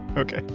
okay.